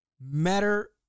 matter